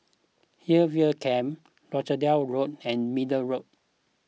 Hillview Camp Rochdale Road and Middle Road